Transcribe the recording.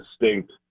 distinct